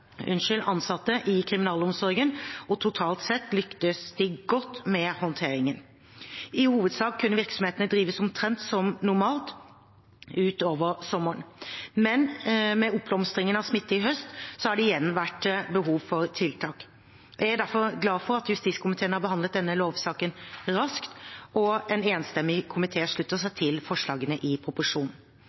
ansatte i kriminalomsorgen, og totalt sett lyktes de godt med håndteringen. I hovedsak kunne virksomhetene drives omtrent som normalt utover sommeren, men med oppblomstringen av smitte i høst har det igjen vært behov for tiltak. Jeg er derfor glad for at justiskomiteen har behandlet denne lovsaken raskt, og en enstemmig komité slutter seg til forslagene i proposisjonen.